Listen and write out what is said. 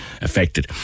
affected